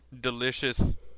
Delicious